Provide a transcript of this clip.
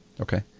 Okay